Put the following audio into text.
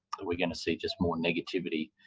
that we're going to see just more negativity.